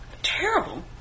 Terrible